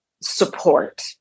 support